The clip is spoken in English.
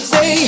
Say